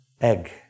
egg